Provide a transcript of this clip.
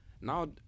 now